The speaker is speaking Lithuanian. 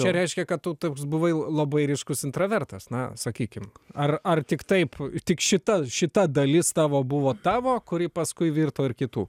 čia reiškia kad tu toks buvai labai ryškus intravertas na sakykim ar ar tik taip tik šita šita dalis tavo buvo tavo kuri paskui virto ir kitų